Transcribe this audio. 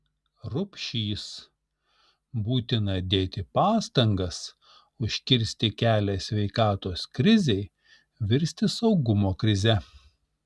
rupšys būtina dėti pastangas užkirsti kelią sveikatos krizei virsti saugumo krize